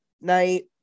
night